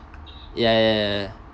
ya ya ya ya